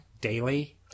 daily